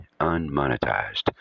unmonetized